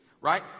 right